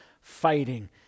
fighting